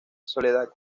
soledad